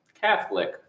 Catholic